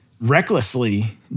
recklessly